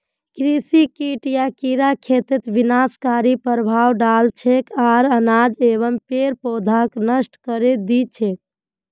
कृषि कीट या कीड़ा खेतत विनाशकारी प्रभाव डाल छेक आर अनाज एवं पेड़ पौधाक नष्ट करे दी छेक